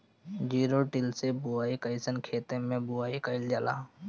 Zero till से बुआई कयिसन खेते मै बुआई कयिल जाला?